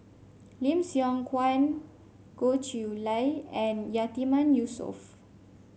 Lim Siong Guan Goh Chiew Lye and Yatiman Yusof